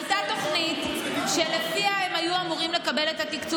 הייתה תוכנית שלפיה הם היו אמורים לקבל את התקציב.